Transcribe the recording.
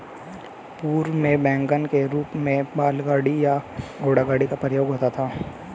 पूर्व में वैगन के रूप में बैलगाड़ी या घोड़ागाड़ी का प्रयोग होता था